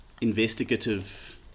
investigative